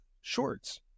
shorts